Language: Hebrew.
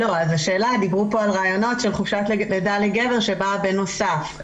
דיברו פה על רעיונות של חופשת לידה לגבר שבאה בנוסף,